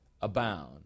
abound